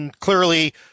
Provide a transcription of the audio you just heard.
clearly